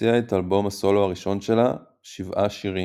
הוציאה את אלבום הסולו הראשון שלה, "שבעה שירים".